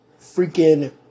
freaking